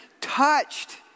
touched